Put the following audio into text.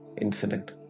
incident